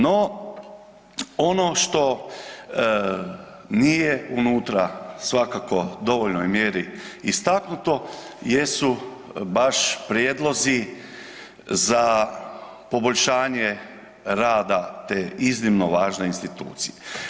No, ono što nije unutra svakako u dovoljnoj mjeri istaknuto jesu baš prijedlozi za poboljšanje rada te iznimno važne institucije.